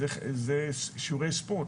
זה שיעורי ספורט.